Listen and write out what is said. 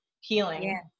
healing